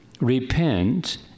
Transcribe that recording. repent